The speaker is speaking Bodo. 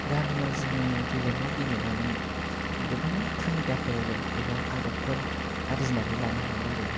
गामियाव जोङो गेलेमु गेलेनानै गोबां खायदाफोर एबा आदबफोर आरजिनानै लानो हायो आरो